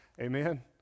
amen